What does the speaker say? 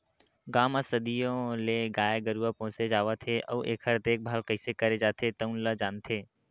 गाँव म सदियों ले गाय गरूवा पोसे जावत हे अउ एखर देखभाल कइसे करे जाथे तउन ल जानथे